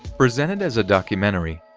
presented as a documentary,